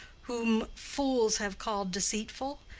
whom fools have called deceitful,